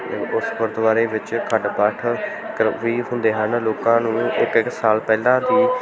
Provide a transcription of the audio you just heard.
ਉਸ ਗੁਰਦੁਆਰੇ ਵਿੱਚ ਅਖੰਡ ਪਾਠ ਕ ਵੀ ਹੁੰਦੇ ਹਨ ਲੋਕਾਂ ਨੂੰ ਇੱਕ ਇੱਕ ਸਾਲ ਪਹਿਲਾਂ ਦੀ